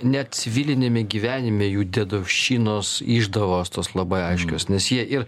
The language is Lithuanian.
net civiliniame gyvenime jų dedovščinos išdavos tos labai aiškios nes jie ir